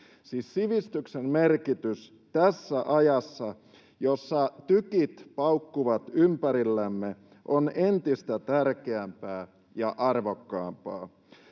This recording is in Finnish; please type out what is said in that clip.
siis sivistyksen merkitys tässä ajassa, jossa tykit paukkuvat ympärillämme, on entistä tärkeämpää ja arvokkaampaa.